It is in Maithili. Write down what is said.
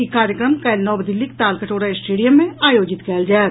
ई कार्यक्रम काल्हि नव दिल्लीक तालकटोरा स्टेडियम मे आयोजित कयल जायत